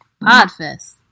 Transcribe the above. Podfest